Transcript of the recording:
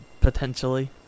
potentially